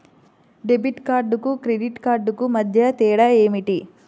Debit కార్డుకు credit కార్డుకు మధ్య తేడా ఏమిటీ?